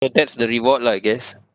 uh that's the reward lah I guess